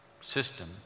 system